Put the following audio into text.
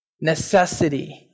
Necessity